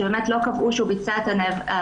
שבאמת לא קבעו שהוא ביצע את העבירה,